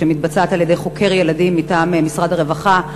שמתבצעת על-ידי חוקר ילדים מטעם משרד הרווחה,